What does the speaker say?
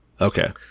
Okay